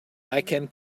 can